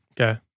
Okay